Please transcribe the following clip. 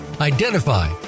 identify